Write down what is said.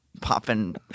popping